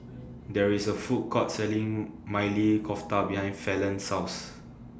There IS A Food Court Selling Maili Kofta behind Falon's House